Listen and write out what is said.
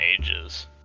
ages